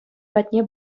патне